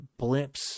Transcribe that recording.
blimps